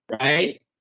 right